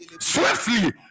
swiftly